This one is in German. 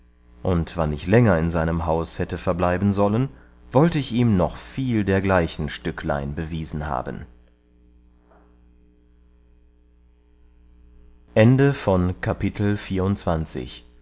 und wann ich länger in seinem haus hätte verbleiben sollen wollte ich ihm noch viel dergleichen stücklein bewiesen haben